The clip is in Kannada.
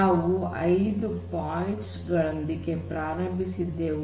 ನಾವು ಐದು ಪಾಯಿಂಟ್ಸ್ ಗಳೊಂದಿಗೆ ಪ್ರಾರಂಭಿಸಿದ್ದೆವು